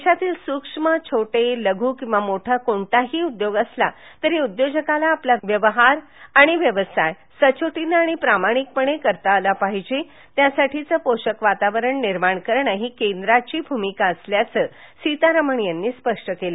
देशातील सूक्ष्म छोटा लघु किंवा मोठा कोणताही उद्योग असला तरी उद्योजकाला आपला व्यवसाय सचोटीने आणि प्रामाणिकपणे करता आला पाहिजे त्यासाठीचे पोषक वातावरण निर्माण करणे ही केंद्राची भूमिका असल्याचं सीतारमण यांनी स्पष्ट केलं